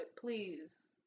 please